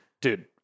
Dude